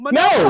no